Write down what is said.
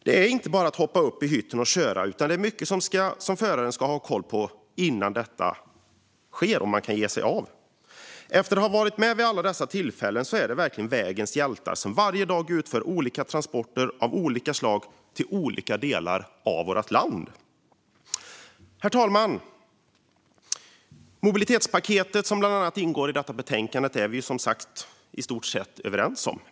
Det är inte bara att hoppa upp i hytten och köra, utan det är mycket som föraren ska ha koll på innan man kan ge sig av. Efter att ha varit med vid alla dessa tillfällen kan jag konstatera att det verkligen är vägens hjältar som varje dag utför olika transporter av olika slag till olika delar av vårt land. Herr talman! Mobilitetspaketet, som ingår i detta betänkande, är vi som sagt i stort sett överens om.